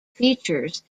features